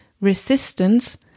resistance